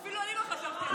אפילו אני לא חשבתי על זה,